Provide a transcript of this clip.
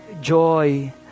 joy